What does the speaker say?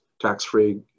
tax-free